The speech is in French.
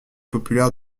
populaire